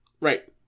Right